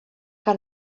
que